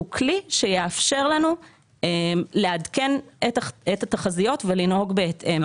כלי שיאפשר לנו לעדכן את התחזיות ולנהוג בהתאם.